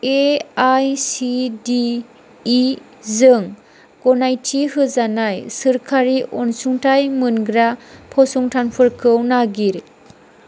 A I C T E जों गनायथि होजानाय सोरकारि अनसुंथाइ मोनग्रा फसंथानफोरखौ नागिर